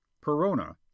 Perona